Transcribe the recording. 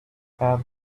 add